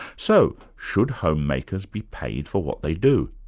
so, should homemakers be paid for what they do?